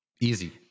easy